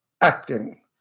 acting